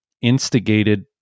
instigated